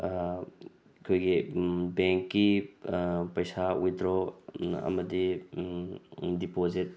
ꯑꯩꯈꯣꯏꯒꯤ ꯕꯦꯡꯀꯤ ꯄꯩꯁꯥ ꯋꯤꯗ꯭ꯔꯣ ꯑꯃꯗꯤ ꯗꯤꯄꯣꯖꯤꯠ